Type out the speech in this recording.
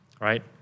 right